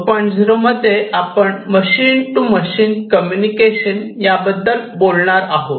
0 मध्ये आपण machine to machine communication या बद्दल बोलणार आहोत